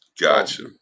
Gotcha